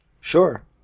Sure